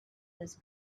his